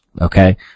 Okay